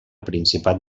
principat